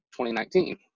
2019